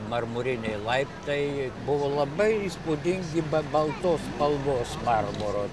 marmuriniai laiptai buvo labai įspūdingi ba baltos spalvos marmuro